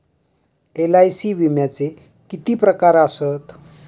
LIC विम्याचे किती प्रकार आसत?